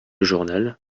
journal